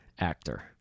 Actor